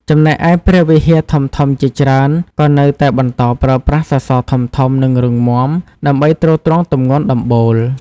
ចំណែកឯ ព្រះវិហារធំៗជាច្រើន ក៏នៅតែបន្តប្រើប្រាស់ សសរធំៗ និងរឹងមាំ ដើម្បីទ្រទ្រង់ទម្ងន់ដំបូល។